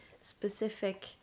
specific